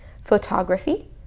Photography